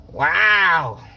Wow